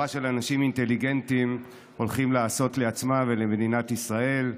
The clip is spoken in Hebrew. של אנשים אינטליגנטיים הולכת לעשות לעצמה ולמדינת ישראל.